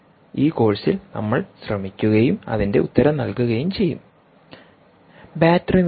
ഈ കോഴ്സിൽ നമ്മൾ ശ്രമിക്കുകയും അതിൻറെ ഉത്തരം നൽകുകയും ചെയ്യും ബാറ്ററി നോക്കൂ